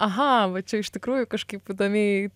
aha va čia iš tikrųjų kažkaip įdomiai